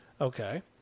Okay